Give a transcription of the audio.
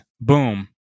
Boom